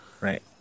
right